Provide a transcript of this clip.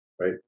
right